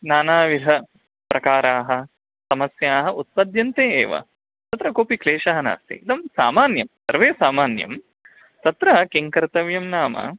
नानाविधप्रकाराः समस्याः उत्पद्यन्ते एव तत्र कोऽपि क्लेशः नास्ति इदं सामान्यं सर्वं सामान्यं तत्र किं कर्तव्यं नाम